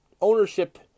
ownership